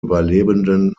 überlebenden